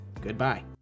Goodbye